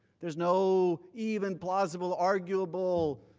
there is no even possible arguable